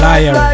Liar